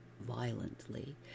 violently